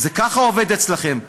ככה זה עובד אצלכם,